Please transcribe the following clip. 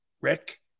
Rick